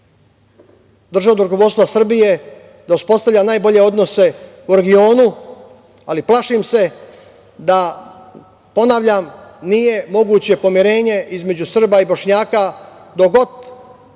državnog rukovodstva Srbije da uspostavlja najbolje odnose u regionu, ali plašim se da, ponavljam, nije moguće pomirenje između Srba i Bošnjaka dok god bošnjačka